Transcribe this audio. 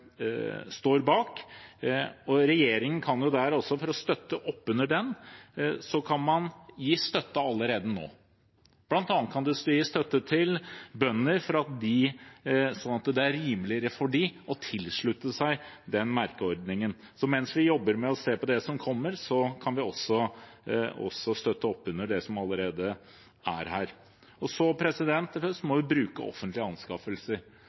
står bak, og regjeringen kan jo, for å støtte opp under den, gi støtte allerede nå. Blant annet kan man gi støtte til bønder slik at det er rimeligere for dem å tilslutte seg den merkeordningen. Så mens vi jobber med å se på det som kommer, kan vi også støtte opp under det som allerede finnes. Så må vi bruke offentlige anskaffelser